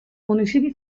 municipi